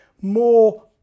more